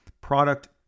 product